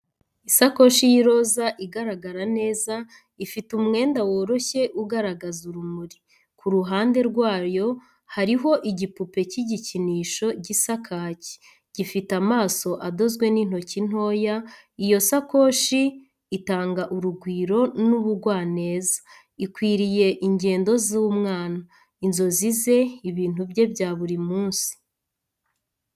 Isakoshi y'iroza igaragara neza, ifite umwenda woroshye ugaragaza urumuri. Ku ruhande rwayo hariho igipupe cy'igikinisho gisa kaki, gifite amaso adozwe n'intoki ntoya. Iyo sakoshi itanga urugwiro n’ubugwaneza, ikwiriye ingendo z'umwana, inzozi ze, n'ibintu bye bya buri munsi.